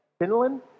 Finland